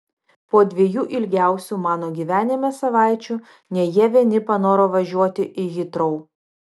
po dviejų ilgiausių mano gyvenime savaičių ne jie vieni panoro važiuoti į hitrou